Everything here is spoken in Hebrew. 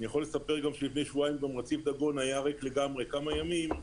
ואני יכול לספר שלפני שבועיים רציף דגון היה ריק לגמרי כמה ימים,